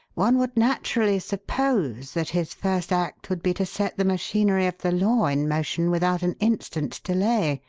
one would naturally suppose that his first act would be to set the machinery of the law in motion without an instant's delay.